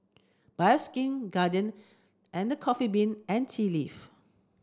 Bioskin Guardian and The Coffee Bean and Tea Leaf